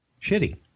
shitty